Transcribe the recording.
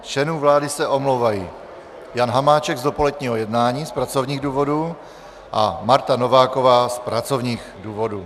Z členů vlády se omlouvají: Jan Hamáček z dopoledního jednání z pracovních důvodů a Marta Nováková z pracovních důvodů.